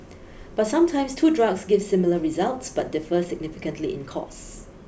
but sometimes two drugs give similar results but differ significantly in costs